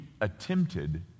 attempted